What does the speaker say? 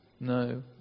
No